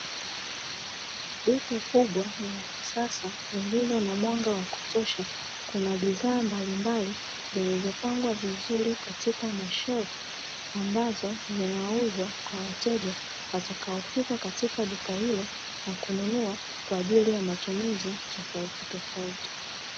Duka kubwa na la kisasa lililo na mwanga wa kutosha, kuna bidhaa mbalimbali zilizopangwa vizuri katika mashelfu ambazo zinakuzwa kwa wateja watakaofika katika duka hilo na kununua kwaajili ya matumizi tofauti tofauti.